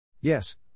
Yes